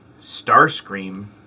Starscream